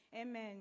Amen